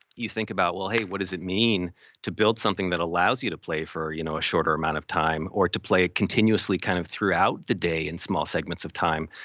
you think about well, hey, what does it mean to build something that allows you to play for you know a shorter amount of time or to play it continuously kind of throughout the day in small segments of time.